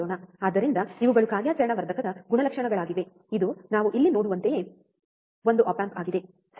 ಆದ್ದರಿಂದ ಇವುಗಳು ಕಾರ್ಯಾಚರಣಾ ವರ್ಧಕದ ಗುಣಲಕ್ಷಣಗಳಾಗಿವೆ ಇದು ನಾವು ಇಲ್ಲಿ ನೋಡುವಂತೆಯೇ ಒಂದು ಆಪ್ ಆಂಪ್ ಆಗಿದೆ ಸರಿ